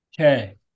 Okay